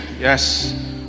Yes